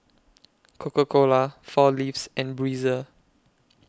Coca Cola four Leaves and Breezer